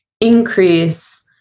increase